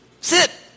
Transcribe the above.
sit